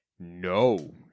No